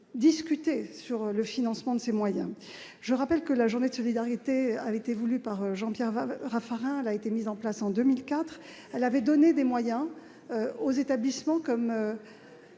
discuter du financement. Je le rappelle, la journée de solidarité a été voulue par Jean-Pierre Raffarin, et mise en place en 2004. Elle a donné des moyens aux établissements comme